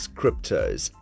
cryptos